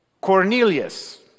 Cornelius